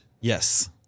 Yes